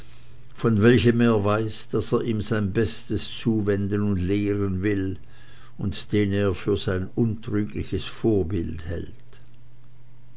von welchem er weiß daß er ihm sein bestes zuwenden und lehren will und den er für sein untrügliches vorbild hält